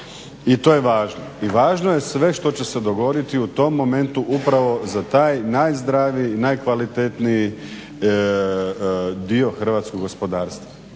i to je važno. I važno je sve što će se dogoditi u tom momentu upravo za taj najzdraviji, najkvalitetniji dio hrvatskog gospodarstva.